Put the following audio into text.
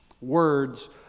words